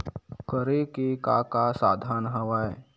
करे के का का साधन हवय?